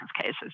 cases